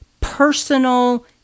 personal